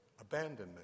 Abandonment